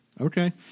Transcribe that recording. Okay